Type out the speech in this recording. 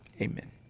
Amen